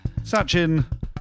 Sachin